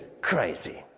crazy